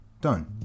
done